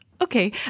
Okay